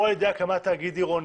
או על ידי הקמת תאגיד עירוני,